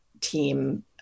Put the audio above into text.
team